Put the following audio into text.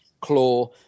claw